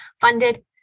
funded